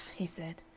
he said,